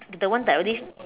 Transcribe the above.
the the one that already